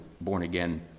born-again